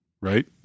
right